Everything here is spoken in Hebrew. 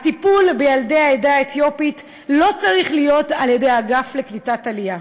הטיפול בילדי העדה האתיופית לא צריך להיות על-ידי אגף לקליטת עלייה.